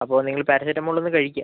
അപ്പോൾ നിങ്ങൾ പാരസെറ്റമോൾ ഒന്ന് കഴിക്കുക